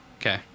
Okay